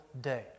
day